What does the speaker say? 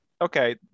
okay